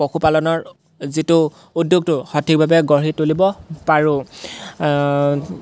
পশুপালনৰ যিটো উদ্যোগটো সঠিকভাৱে গঢ়ি তুলিব পাৰোঁ